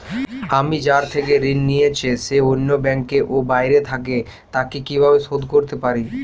আমি যার থেকে ঋণ নিয়েছে সে অন্য ব্যাংকে ও বাইরে থাকে, তাকে কীভাবে শোধ করতে পারি?